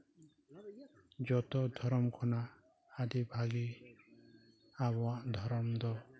ᱡᱚᱛᱚ ᱫᱷᱚᱨᱚᱢ ᱠᱷᱚᱱᱟᱜ ᱟᱹᱰᱤ ᱵᱷᱟᱞᱤ ᱟᱵᱚᱣᱟᱜ ᱫᱷᱚᱨᱚᱢ ᱫᱚ